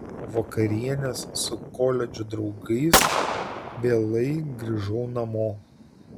kai po vakarienės su koledžo draugais vėlai grįžau namo